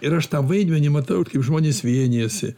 ir aš tą vaidmenį matau kaip žmonės vienijasi